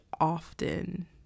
often